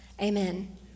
amen